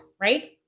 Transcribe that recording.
right